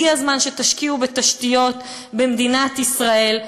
הגיע הזמן שתשקיעו בתשתיות במדינת ישראל,